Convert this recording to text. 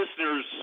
listeners